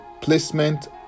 placement